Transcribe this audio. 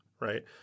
Right